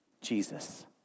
Jesus